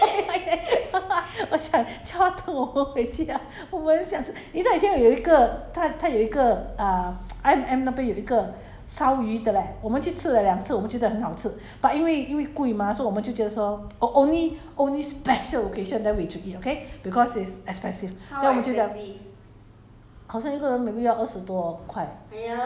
等你们回来那个麻辣火锅不懂倒闭 liao 没有 !huh! 这样久没有人吃 我讲叫她吐我们回家我很想吃你知道以前有一个它它有一个 uh I_M_M 那边有一个烧鱼的 leh 我们去吃了两次我们觉得很好吃 but 因为因为贵 mah 所以我们就觉得说 only only special occasion then we should eat okay because it's expensive then 我们就讲